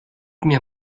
mir